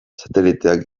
sateliteak